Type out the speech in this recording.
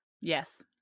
Yes